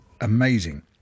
amazing